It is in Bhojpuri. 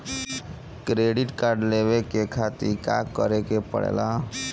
क्रेडिट कार्ड लेवे के खातिर का करेके पड़ेला?